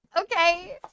Okay